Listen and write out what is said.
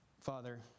Father